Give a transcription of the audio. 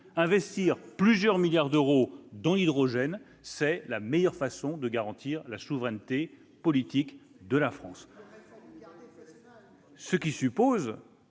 Investir plusieurs milliards d'euros dans l'hydrogène est la meilleure façon de garantir la souveraineté politique de notre pays.